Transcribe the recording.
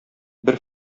бер